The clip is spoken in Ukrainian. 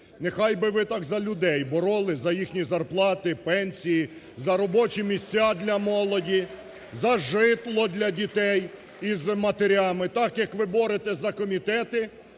Нехай би ви так за людей боролись, за їхні зарплати, пенсії, за робочі місця для молоді, за житло для дітей із матерями так, як ви боретесь за комітети,